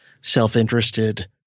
self-interested